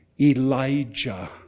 Elijah